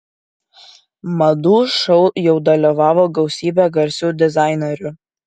madų šou jau dalyvavo gausybė garsių dizainerių